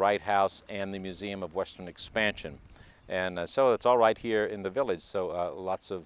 right house and the museum of western expansion and so it's all right here in the village so lots of